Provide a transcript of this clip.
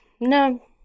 no